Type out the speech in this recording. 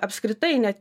apskritai ne